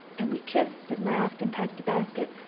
and we kissed and laughed and packed a basket,